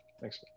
thanks